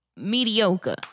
Mediocre